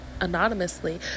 anonymously